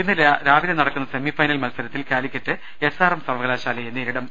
ഇന്ന് രാവിലെ നടക്കുന്ന സെമി ഫൈനൽ മത്സരത്തിൽ കാലിക്കറ്റ് എസ്ആർഎം സർവകലാശാലയെ നേരിടും